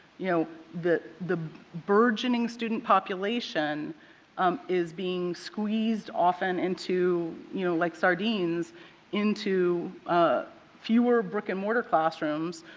you know, the the burgeoning student population um is being squeezed often into you know like sardines into fewer brick and mortar classrooms,